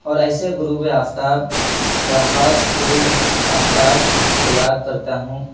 اور ایسے غروب آفتاب یا خاص طلوع آفتاب کو یاد کرتا ہوں